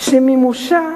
שלמימושה